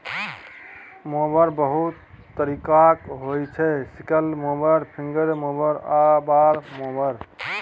mower बहुत तरीकाक होइ छै सिकल मोबर, फिंगर मोबर आ बार मोबर